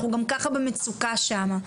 אנחנו גם ככה במצוקה שם.